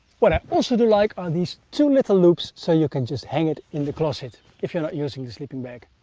what i also do like are these two little loops so you can just hang it in the closet, if you're not using the sleeping bag.